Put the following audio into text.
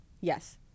Yes